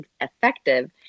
effective